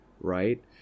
right